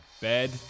bed